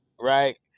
right